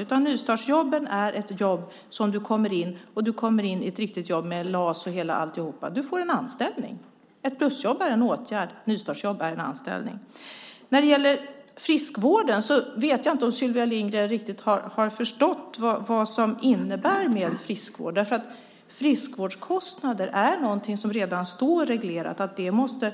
Med ett nystartsjobb kommer du in i ett riktigt jobb med LAS och alltihop - du får en anställning. Ett plusjobb är en åtgärd. Ett nystartsjobb är en anställning. Jag vet inte om Sylvia Lindgren riktigt har förstått vad friskvård innebär. Det är redan reglerat att friskvårdskostnader måste